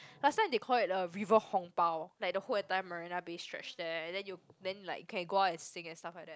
last time they call it the river hong-bao like the whole entire Marina-Bay stretch there and then you then like can go out and sing and stuff like that